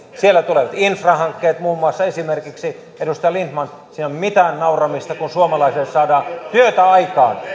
siellä tulevat infrahankkeet esimerkiksi edustaja lindtman siinä ei ole mitään nauramista kun suomalaisille saadaan työtä aikaan